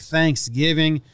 Thanksgiving